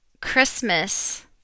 Christmas